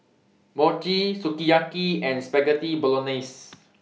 Mochi Sukiyaki and Spaghetti Bolognese